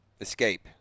Escape